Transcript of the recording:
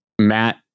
Matt